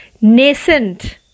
nascent